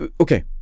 okay